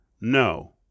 No